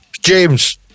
James